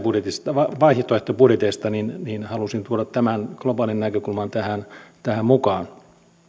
budjetista ja vaihtoehtobudjeteista niin niin halusin tuoda tämän globaalin näkökulman tähän mukaan